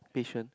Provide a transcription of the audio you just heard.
patient